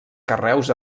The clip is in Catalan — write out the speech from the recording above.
carreus